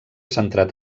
centrat